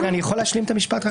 אני יכול רק להשלים את המשפט?